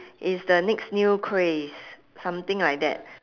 is the next new craze something like that